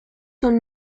son